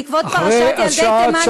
בעקבות פרשת ילדי תימן,